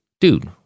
Dude